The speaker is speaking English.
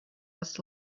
was